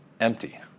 empty